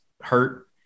hurt